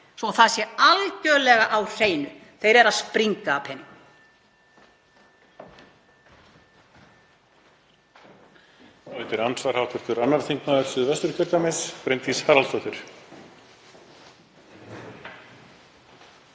svo það sé algerlega á hreinu. Þeir eru að springa af peningum.